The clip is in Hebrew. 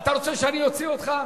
אתה רוצה שאני אוציא אותך?